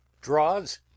Draws